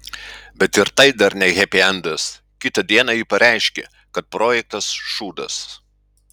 bet ir tai dar ne hepiendas kitą dieną ji pareiškė kad projektas šūdas